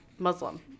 Muslim